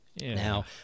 Now